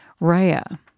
Raya